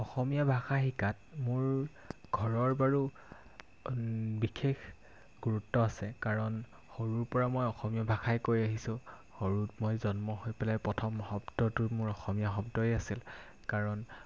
অসমীয়া ভাষা শিকাত মোৰ ঘৰৰ বাৰু বিশেষ গুৰুত্ব আছে কাৰণ সৰুৰ পৰা মই অসমীয়া ভাষাই কৈ আহিছোঁ সৰুতে মই জন্ম হৈ পেলাই প্ৰথম শব্দটো মোৰ অসমীয়া শব্দই আছিল কাৰণ